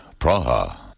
Praha